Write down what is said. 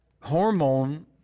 hormone